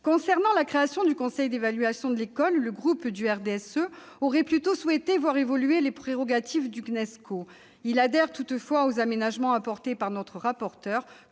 concerne la création du Conseil d'évaluation de l'école, le groupe du RDSE aurait plutôt souhaité voir évoluer les prérogatives du Cnesco. Nous adhérons toutefois aux aménagements apportés par notre rapporteur